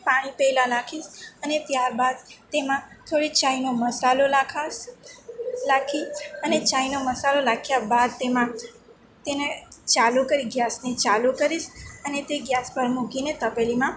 પાણી પહેલાં નાખીશ અને ત્યારબાદ તેમાં થોડો ચાયનો મસાલો નાંખીશ નાંખી અને ચાયનો મસાલો નાખ્યા બાદ તેમાં તેને ચાલુ કરી ગેસને ચાલુ કરીશ અને તે ગેસ પર મૂકીને તપેલીમાં